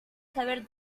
saber